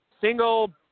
Single